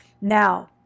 Now